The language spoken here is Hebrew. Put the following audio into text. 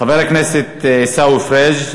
חבר הכנסת עיסאווי פריג'.